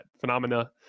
phenomena